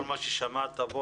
כל מה ששמעת כאן,